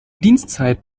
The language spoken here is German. dienstzeit